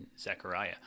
Zechariah